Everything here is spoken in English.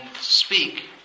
speak